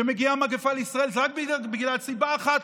כשמגיעה מגפה לישראל זה רק בגלל סיבה אחת,